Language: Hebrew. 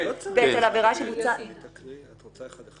את רוצה אחד-אחד?